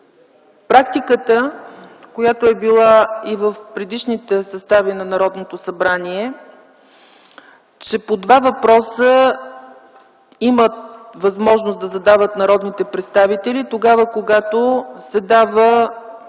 Практиката, която е била и в предишните състави на Народното събрание, е, че по два въпроса имат възможност да задават народните представители тогава, когато се дава